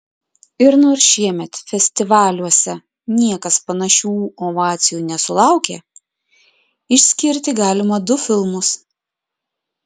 ir nors šiemet festivaliuose niekas panašių ovacijų nesulaukė išskirti galima du filmus